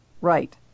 Right